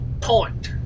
point